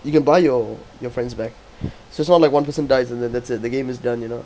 you can buy your your friends back so as long as like one person dies and then that's it the game is done you know